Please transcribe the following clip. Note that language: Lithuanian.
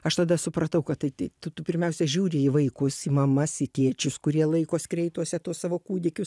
aš tada supratau kad tai tai tu tu pirmiausia žiūri į vaikus į mamas į tėčius kurie laiko skreituose tuos savo kūdikius